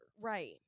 Right